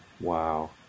Wow